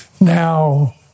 now